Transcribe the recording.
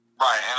Right